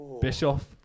Bischoff